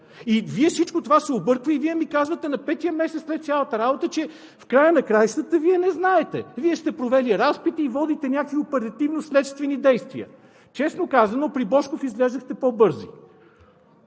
Всичко това се обърква и Вие ми казвате на петия месец след цялата работа, че в края на краищата Вие не знаете! Вие сте провели разпити и водите някакви оперативно-следствени действия. Честно казано, при Божков изглеждахте по-бързи,